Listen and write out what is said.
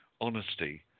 honesty